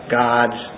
gods